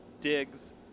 digs